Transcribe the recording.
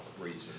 reason